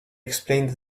explained